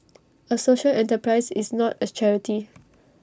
A social enterprise is not A charity